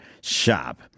shop